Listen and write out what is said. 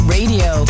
Radio